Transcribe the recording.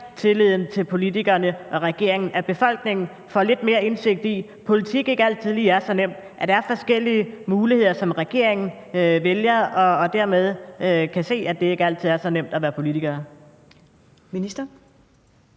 tilliden til politikerne og regeringen, at befolkningen får lidt mere indsigt i, at politik ikke altid lige er så nemt, og at der er forskellige muligheder, som regeringen vælger blandt, altså så de dermed kan se, at det ikke altid er så nemt at være politiker.